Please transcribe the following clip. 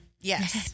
Yes